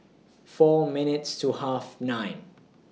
four minutes to Half nine